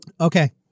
Okay